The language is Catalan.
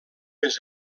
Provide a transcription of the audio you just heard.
més